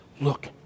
look